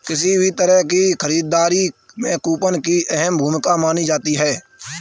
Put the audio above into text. किसी भी तरह की खरीददारी में कूपन की अहम भूमिका मानी जाती है